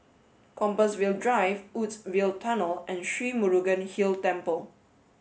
Compassvale Drive Woodsville Tunnel and Sri Murugan Hill Temple